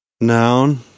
Noun